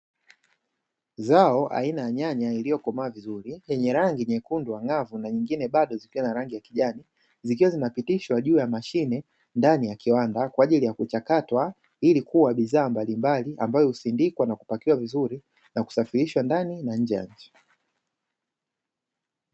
Zao aina ya nyanya iliyokomaa vizuri, yenye rangi nyekundu angavu na nyingine bado zikiwa na rangi ya kijani. Zikiwa zinapitishwa juu ya mashine, ndani ya kiwanda kwa ajili ya kuchakatwa ili kuwa bidhaa mbalimbali ambayo husindikwa na kupakiwa vizuri na kusafirishwa ndani na nje ya nchi.